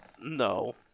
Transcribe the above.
No